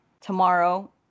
tomorrow